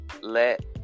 Let